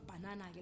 banana